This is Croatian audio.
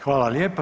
Hvala lijepo.